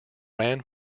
ran